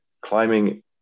climbing